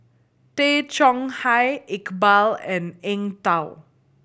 Tay Chong Hai Iqbal and Eng Tow